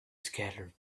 scattered